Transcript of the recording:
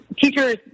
teachers